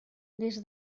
des